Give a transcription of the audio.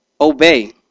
Obey